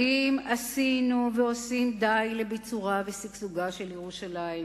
האם עשינו והאם אנו עושים די לביצורה ולשגשוגה של ירושלים?